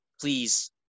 please